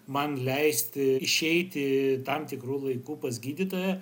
man leisti išeiti tam tikru laiku pas gydytoją